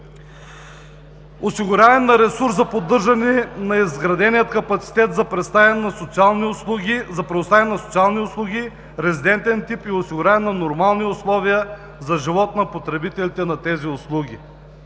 Осигуряване на ресурс за поддържане на изградения капацитет за представяне на социални услуги – резедентен тип, и осигуряване на нормални условия за живот на потребителите на тези услуги.